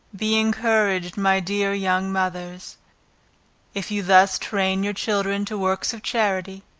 be encouraged my dear young mothers if you thus train your children to works of charity,